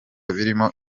birimo